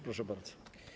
Proszę bardzo.